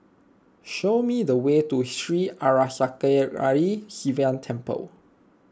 show me the way to Sri Arasakesari Sivan Temple